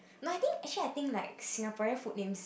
no I think actually I think Singaporean food names